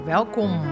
Welkom